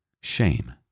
shame